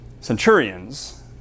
centurions